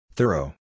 Thorough